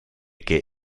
che